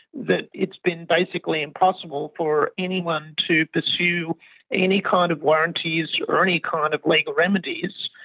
that it's been basically impossible for anyone to pursue any kind of warranties or any kind of legal remedies.